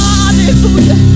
Hallelujah